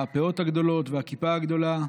הפאות הגדולות והכיפה הגדולות,